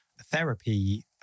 therapy